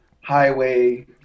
highway